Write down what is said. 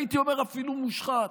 הייתי אומר אפילו מושחת,